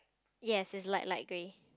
yes it's like light grey